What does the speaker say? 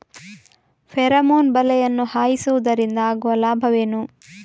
Pheromone ಬಲೆಯನ್ನು ಹಾಯಿಸುವುದರಿಂದ ಆಗುವ ಲಾಭವೇನು?